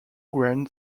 grand